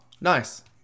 nice